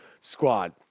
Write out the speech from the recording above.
squad